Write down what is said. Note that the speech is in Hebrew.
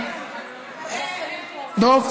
דב,